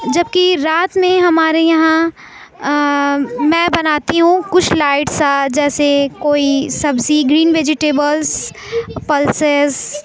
جبکہ رات میں ہمارے یہاں میں بناتی ہوں کچھ لائٹ سا جیسے کوئی سبزی گرین ویجیٹیبلس پلسیز